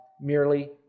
merely